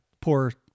poor